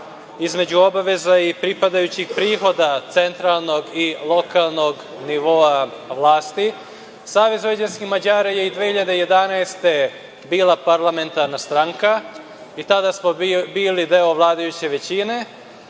između obaveza i pripadajućih prihoda centralnog i lokalnog nivoa vlasti. Savez vojvođanskih Mađara je i 2011. godine bila parlamentarna stranka i tada smo bili deo vladajuće većine.